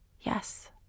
yes